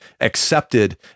accepted